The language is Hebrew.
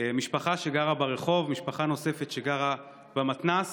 משפחה שגרה ברחוב, משפחה נוספת גרה במתנ"ס.